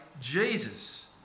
Jesus